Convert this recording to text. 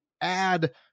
add